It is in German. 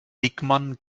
diekmann